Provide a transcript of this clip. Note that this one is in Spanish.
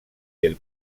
del